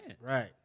Right